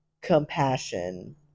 compassion